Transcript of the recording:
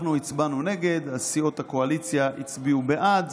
אנחנו הצבענו נגד, סיעות הקואליציה הצביעו בעד.